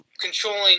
controlling